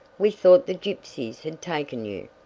we thought the gypsies had taken you.